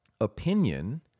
opinion